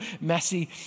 messy